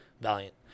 Valiant